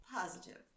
Positive